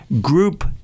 Group